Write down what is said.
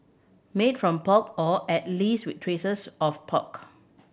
made from pork or at least with traces of pork